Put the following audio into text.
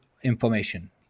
information